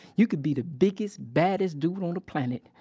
you could be the biggest, baddest dude on the planet.